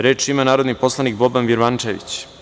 Reč ima narodni poslanik Boban Birmančević.